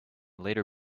later